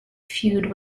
feud